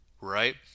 right